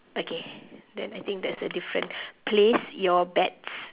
okay then I think that's a different place your bets